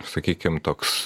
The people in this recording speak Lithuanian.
sakykim toks